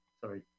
Sorry